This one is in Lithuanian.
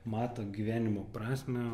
mato gyvenimo prasmę